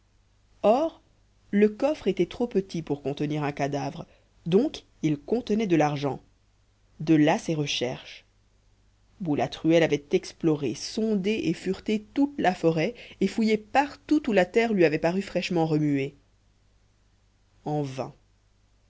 or le coffre était trop petit pour contenir un cadavre donc il contenait de l'argent de là ses recherches boulatruelle avait exploré sondé et fureté toute la forêt et fouillé partout où la terre lui avait paru fraîchement remuée en vain